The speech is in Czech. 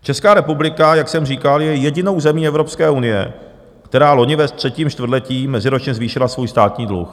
Česká republika, jak jsem říkal, je jedinou zemí Evropské unie, která loni ve třetím čtvrtletí meziročně zvýšila svůj státní dluh.